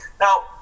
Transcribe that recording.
Now